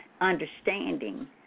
understanding